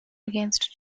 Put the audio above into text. against